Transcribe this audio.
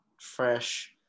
fresh